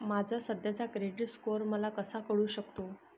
माझा सध्याचा credit score मला कसा कळू शकतो?